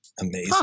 Amazing